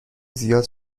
زیاد